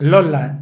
Lola